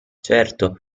certo